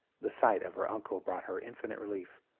the sight of her uncle brought her infinite relief,